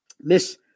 Miss